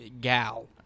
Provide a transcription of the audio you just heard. gal